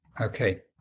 Okay